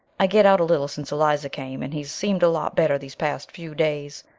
i get out a little since eliza came and he's seemed a lot better these past few days,